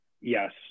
Yes